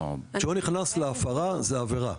כשהוא נכנס להפרה, זו עבירה.